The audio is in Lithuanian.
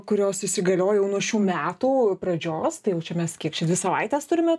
kurios įsigaliojo jau nuo šių metų pradžios tai jau čia mes kiek čia dvi savaites turime